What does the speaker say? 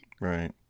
Right